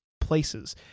places